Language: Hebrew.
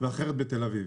והשני בתל אביב.